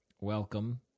welcome